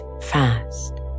fast